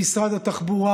במשרד התחבורה,